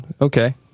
okay